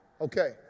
Okay